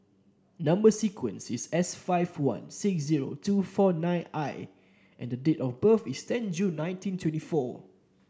number sequence is S five one six zero two four nine I and date of birth is ten June nineteen twenty four